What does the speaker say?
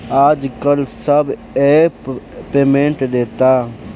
आजकल सब app payment देता